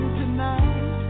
tonight